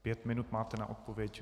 Pět minut máte na odpověď.